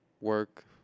work